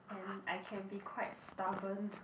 and I can be quite stubborn